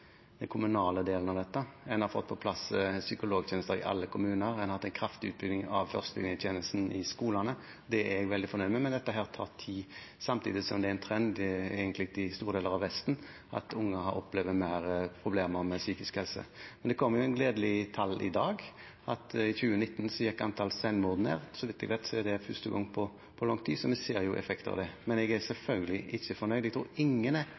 fått på plass psykologtjenester i alle kommuner. En har hatt en kraftig utbygging av førstelinjetjenesten i skolene. Det er jeg veldig fornøyd med, men dette tar tid. Samtidig er det egentlig en trend i store deler av Vesten at unger opplever mer problemer med psykisk helse. Men det kom gledelige tall i dag om at i 2019 gikk antallet selvmord ned. Så vidt jeg vet, er det første gang på lang tid, så vi ser en effekt av dette. Men jeg er selvfølgelig ikke fornøyd. Jeg tror ingen er fullt ut fornøyd med tilstanden. Derfor er vi her, vil jeg